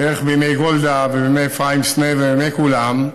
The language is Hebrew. איך בימי גולדה, בימי אפרים סנה ובימי כולם,